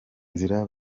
nzira